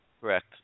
Correct